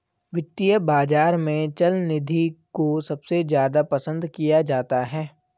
वित्तीय बाजार में चल निधि को सबसे ज्यादा पसन्द किया जाता है